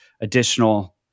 additional